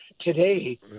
today